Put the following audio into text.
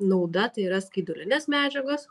nauda tai yra skaidulinės medžiagos